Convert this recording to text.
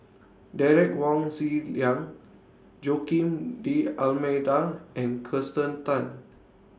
Derek Wong Zi Liang Joaquim D'almeida and Kirsten Tan